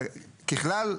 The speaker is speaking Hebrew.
ככלל,